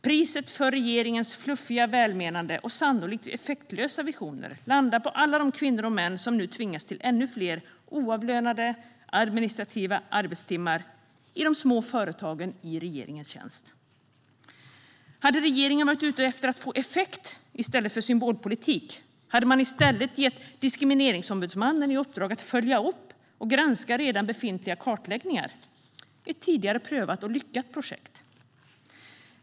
Priset för regeringens fluffiga, välmenande och sannolikt effektlösa visioner landar på alla de kvinnor och män som nu tvingas till ännu fler oavlönade administrativa arbetstimmar i de små företagen i regeringens tjänst. Hade regeringen varit ute efter att få effekt i stället för symbolpolitik hade man i stället gett Diskrimineringsombudsmannen i uppdrag att följa upp och granska redan befintliga kartläggningar - ett tidigare prövat och lyckat projekt.